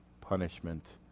punishment